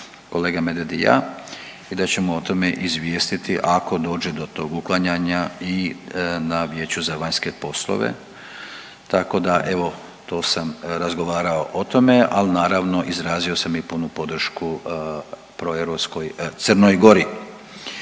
kolega Medved i ja. I da ćemo o tome izvijestiti ako dođe do tog uklanjanja i na Vijeću za vanjske poslove. Tako da evo to sam razgovarao o tome, ali naravno izrazio sam i punu podršku proeuropskoj